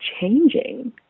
changing